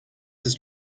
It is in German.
ist